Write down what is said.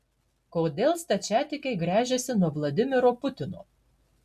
kodėl stačiatikiai gręžiasi nuo vladimiro putino